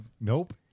Nope